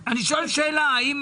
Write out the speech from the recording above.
נכון?